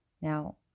Now